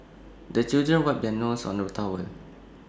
the children wipe their noses on the towel